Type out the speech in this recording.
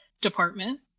department